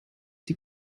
die